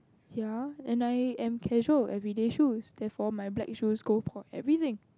ya and I am on casual everyday shoe therefore my bag is always go point everything